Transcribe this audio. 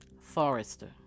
Forrester